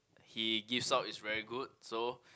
he gives out is very good so